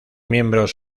miembros